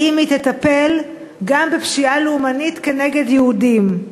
אם היא תטפל גם בפשעה לאומנית כנגד יהודים.